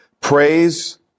Praise